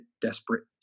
desperate